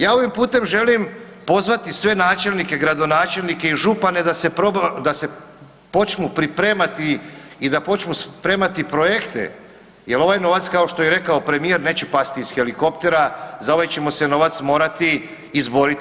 Ja ovim putem želim pozvati sve načelnike, gradonačelnike i župane da se počnu pripremati i da počnu spremati projekte jel ovaj novac kao što je rekao premijer neće pasti iz helikoptera, za ovaj ćemo se novac morati izboriti.